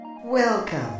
Welcome